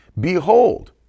Behold